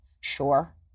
Sure